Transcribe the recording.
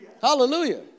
Hallelujah